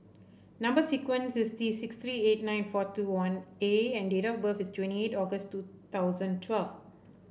number sequence is T six three eight nine four two one A and date of birth is twenty eight August two thousand twelve